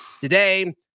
today